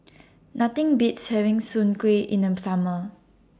Nothing Beats having Soon Kuih in The Summer